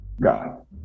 God